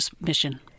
mission